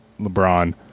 LeBron